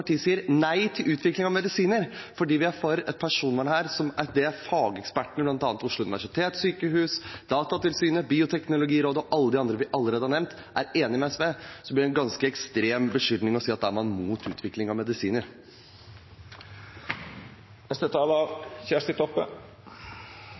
sier nei til utvikling av medisiner fordi vi er for et personvern som fagekspertene, bl.a. Oslo universitetssykehus, Datatilsynet, Bioteknologirådet og alle de andre vi allerede har nevnt, er enig med SV i, blir det en ganske ekstrem beskyldning å si at man er mot utvikling av medisiner.